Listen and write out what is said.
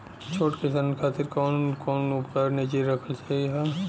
छोट किसानन खातिन कवन कवन उपकरण निजी रखल सही ह?